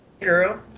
girl